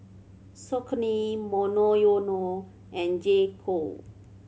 Saucony Monoyono and J Co